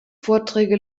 vorträge